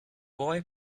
boy